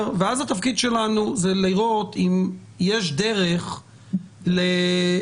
התפקיד שלנו זה לראות אם יש דרך לערער,